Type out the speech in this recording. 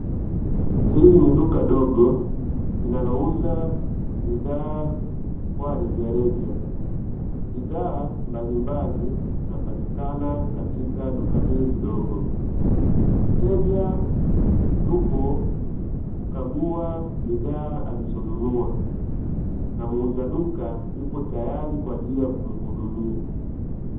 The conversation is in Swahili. Hili ni duka dogo, linalouza bidhaa kwa rejareja, bidhaa mbalimbali zinapatikana katika duka hili dogo. Mteja yupo kukagua bidhaa alizonunua na muuza duka yupo tayari kwa ajili ya kumhudumia.